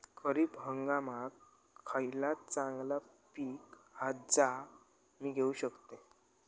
खरीप हंगामाक खयला चांगला पीक हा जा मी घेऊ शकतय?